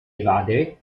evadere